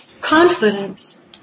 confidence